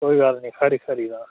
कोई गल्ल निं खरी खरी तां